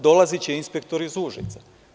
Dolaziće inspektori iz Užica.